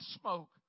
smoke